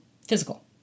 physical